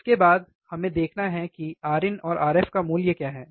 इसके बाद हमें देखना है कि Rin और RF का मूल्य क्या है